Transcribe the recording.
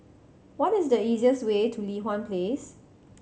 what is the easiest way to Li Hwan Place